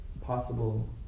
possible